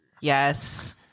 Yes